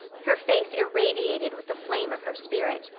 her face irradiated with the flame of her spirit.